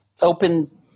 open